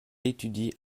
étudie